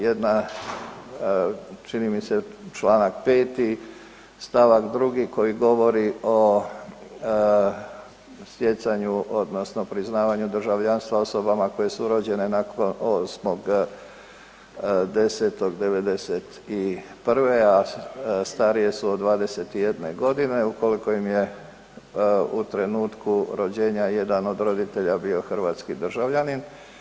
Jedna čini mi se Članak 5. Stavak 2. koji govori o stjecanju odnosno priznavanju državljanstva osobama koje su rođene nakon 8.10.'91., a starije su od 21 godine ukoliko im je u trenutku rođenja jedan od roditelja bio hrvatski državljanin.